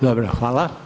Dobro, hvala.